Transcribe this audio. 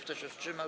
Kto się wstrzymał?